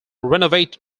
renovated